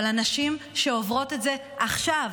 אבל הנשים שעוברות את זה עכשיו,